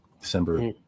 December